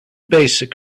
basic